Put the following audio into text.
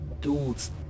Dude's